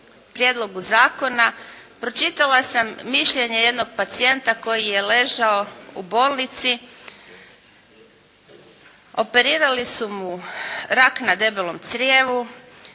Prijedlogu Zakona pročitala sam mišljenje jednog pacijenta koji je ležao u bolnici. Operirali su mu rak na debelom crijevu,